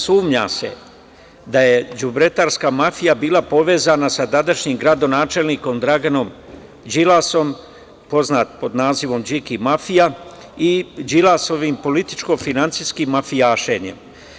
Sumnja se da je đubretarska mafija bila povezana sa tadašnjim gradonačelnikom Draganom Đilasom, poznatim pod nazivom Điki mafija i Đilasovim političko-finansijskim mafijašenjem.